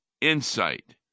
insight